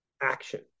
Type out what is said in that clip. action